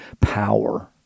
power